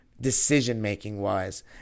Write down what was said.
decision-making-wise